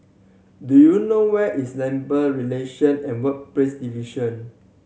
do you know where is Labour Relation and Workplace Division